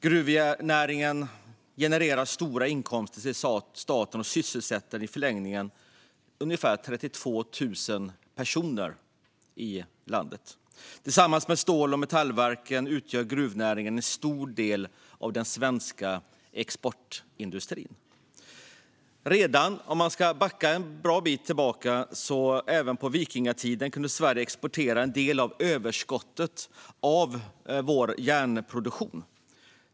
Gruvnäringen genererar stora inkomster till staten och sysselsätter i förlängningen ungefär 32 000 personer i landet. Tillsammans med stål och metallverken utgör gruvnäringen en stor del av den svenska exportindustrin. Om man backar en bra bit tillbaka i tiden kunde Sverige även på vikingatiden exportera en del av överskottet av vår järnproduktion.